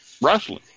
wrestling